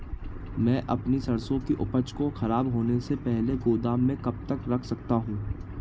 मैं अपनी सरसों की उपज को खराब होने से पहले गोदाम में कब तक रख सकता हूँ?